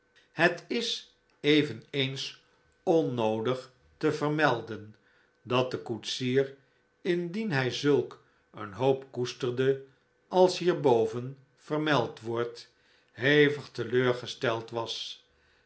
het is eveneens onnoodig te vermelden dat de koetsier indien hij zulk een hoop koesterde als hierboven vermeld wordt hevig teleurgesteld was